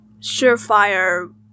surefire